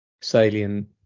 salient